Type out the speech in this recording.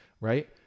right